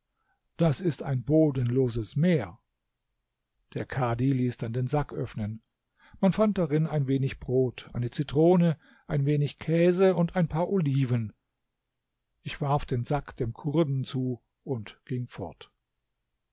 das ist ein bodenloses meer der kadhi ließ dann den sack öffnen man fand darin ein wenig brot eine zitrone ein wenig käse und ein paar oliven ich warf den sack dem kurden zu und ging fort